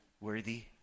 worthy